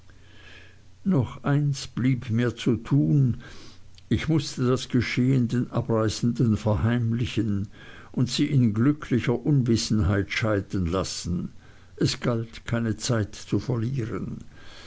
noch eins blieb mir zu tun ich mußte das geschehene den abreisenden verheimlichen und sie in glücklicher unwissenheit scheiden lassen es galt keine zeit zu verlieren